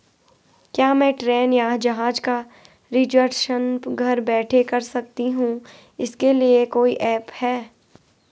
क्या मैं ट्रेन या जहाज़ का रिजर्वेशन घर बैठे कर सकती हूँ इसके लिए कोई ऐप है?